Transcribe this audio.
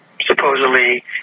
supposedly